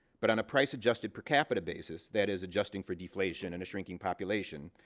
but on a price-adjusted per-capita-basis, that is, adjusting for deflation and shrinking population,